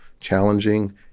challenging